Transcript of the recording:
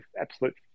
absolute